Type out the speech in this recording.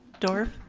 dorff?